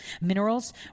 minerals